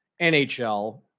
nhl